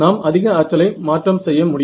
நாம் அதிக ஆற்றலை மாற்றம் செய்ய முடியும்